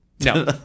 no